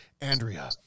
Andrea